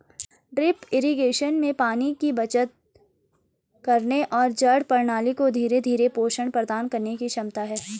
drip irrigation में पानी की बचत करने और जड़ प्रणाली को धीरे धीरे पोषण प्रदान करने की क्षमता है